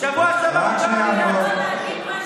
בשבוע שעבר הוא קרא לי "נאצי".